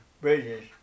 bridges